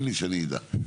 כן.